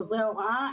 עוזרי ההוראה,